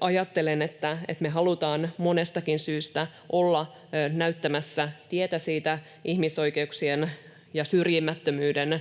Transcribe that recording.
ajattelen, että me halutaan monestakin syystä olla näyttämässä tietä siitä ihmisoikeuksien ja syrjimättömyyden